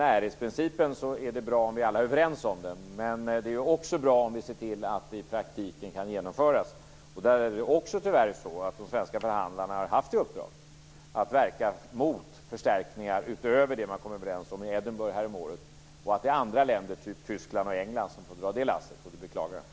Det är bra om vi alla är överens om närhetsprincipen, men det är också bra om vi ser till att den kan genomföras i praktiken. Där är det tyvärr så att de svenska förhandlarna har haft i uppdrag att verka mot förstärkningar utöver det man kom överens om i Edinburgh häromåret. Det är andra länder som Tyskland och England som får dra det lasset, och det beklagar jag.